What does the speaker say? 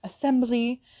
Assembly